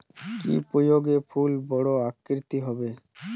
কি প্রয়োগে ফুল বড় আকৃতি হবে?